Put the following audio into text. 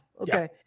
Okay